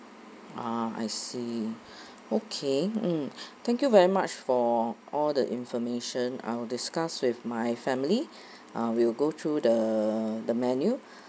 uh I see okay mm thank you very much for all the information I will discuss with my family uh will go through the the menu